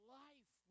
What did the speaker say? life